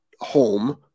home